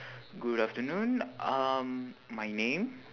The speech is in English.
good afternoon um my name